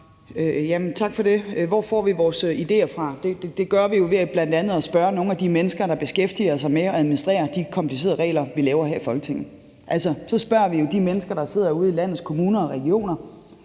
Tak for det. Hvor får vi vores idéer fra? Dem får vi jo bl.a. ved at spørge nogle af de mennesker, der beskæftiger sig med at administrere de komplicerede regler, vi laver her i Folketinget. Så spørger vi jo de mennesker, der sidder ude i landets kommuner og regioner: